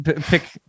pick